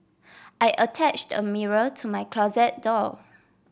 I attached a mirror to my closet door